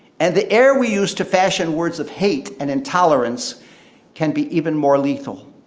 and the air we use to fashion words of hate and intolerance can be even more lethal.